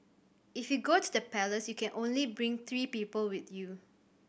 if you go to the palace you can only bring three people with you